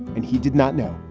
and he did not know